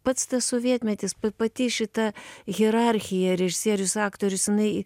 pats sovietmetis pa pati šita hierarchija režisierius aktorius jinai